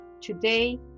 today